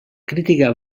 crítica